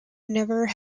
never